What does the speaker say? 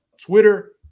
twitter